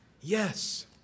Yes